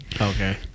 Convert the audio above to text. okay